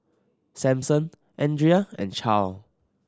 Samson Andria and Charle